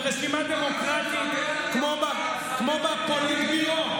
ברשימה דמוקרטית כמו בפוליטביורו,